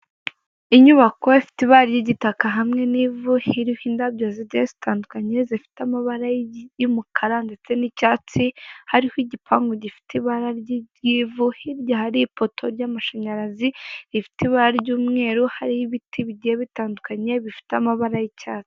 Inyubako ifite ibara ry'igitaka hamwe n'ivu iriho indabyo zigiye zitandukanye zifite amabara y'umukara ndetse n'icyatsi. Hariho igipangu gifite ibara ry'ivu, hirya hari ipoto ry'amashanyarazi ifite ibara ry'umweru, hariho ibiti bigiye bitandukanye bifite amabara y'icyatsi.